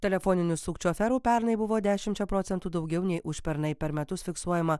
telefoninių sukčių aferų pernai buvo dešimčia procentų daugiau nei užpernai per metus fiksuojama